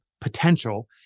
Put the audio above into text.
potential